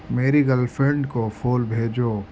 میری girlfriend کو پھول بھیجو